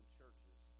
churches